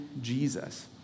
Jesus